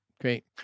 Great